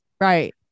Right